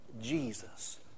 Jesus